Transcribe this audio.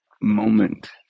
moment